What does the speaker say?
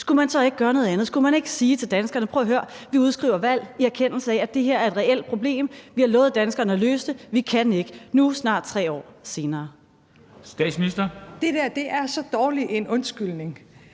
skulle man så ikke gøre noget andet? Skulle man ikke sige til danskerne: Prøv at høre, vi udskriver valg, i erkendelse af at det her er et reelt problem. Vi har lovet danskerne at løse det. Vi kan ikke – nu snart 3 år senere. Kl. 14:00 Formanden (Henrik